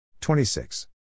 26